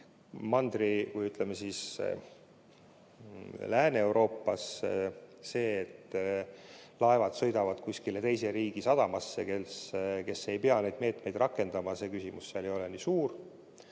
Mandri‑ või, ütleme, Lääne-Euroopas see, et laevad sõidavad kuskile teise riigi sadamasse, kes ei pea neid meetmeid rakendama, see ei ole nii suur